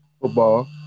Football